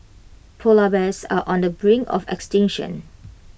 Polar Bears are on the brink of extinction